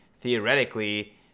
theoretically